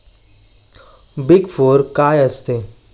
Big four काय करते?